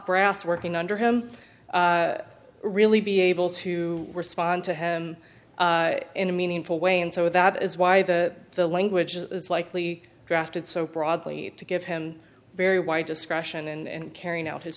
brass working under him really be able to respond to him in a meaningful way and so that is why the the language is likely drafted so broadly to give him very wide discretion and carrying out his